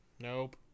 Nope